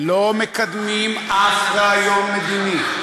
יש, ישר לעזה, לא מקדמים אף רעיון מדיני.